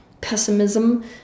pessimism